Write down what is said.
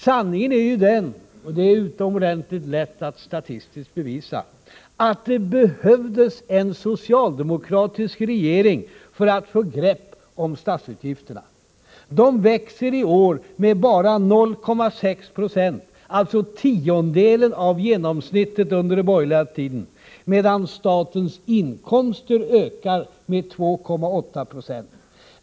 Sanningen är ju den — och det är utomordentligt lätt att statistiskt bevisa — att det behövdes en socialdemokratisk regering för att få grepp om statsutgifterna. De växer i år med bara 0,6 9, alltså tiondelen av genomsnittet under den borgerliga tiden, medan statens inkomster ökar med 2,8 20.